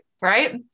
right